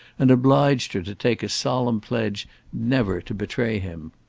and obliged her to take a solemn pledge never to betray him.